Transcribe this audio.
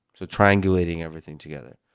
so triangulating everything together.